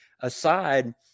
aside